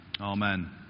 Amen